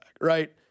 right